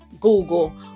google